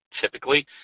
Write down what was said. typically